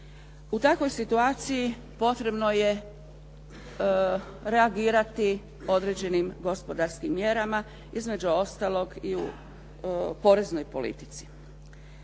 U takvoj situaciji potrebno je reagirati određenim gospodarskim mjerama, između ostalog i u poreznoj politici.